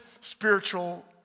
spiritual